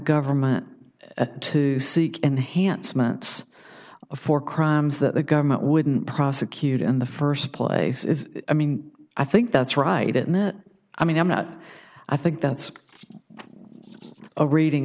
government to seek enhancements for crimes that the government wouldn't prosecute in the first place is i mean i think that's right and i mean i'm not i think that's a reading